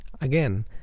again